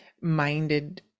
minded